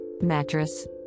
mattress